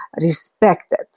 respected